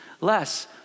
less